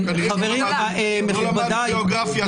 לא למדנו גיאוגרפיה.